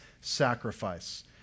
sacrifice